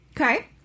Okay